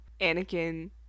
Anakin